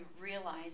realize